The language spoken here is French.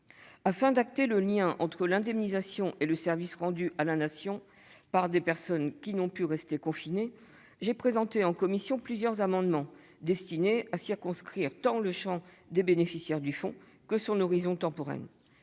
Afin d'acter le lien entre l'indemnisation et le service rendu à la Nation par des personnes qui n'ont pu rester confinées, j'ai présenté en commission plusieurs amendements destinés à circonscrire tant le champ des bénéficiaires du fonds que son horizon temporel.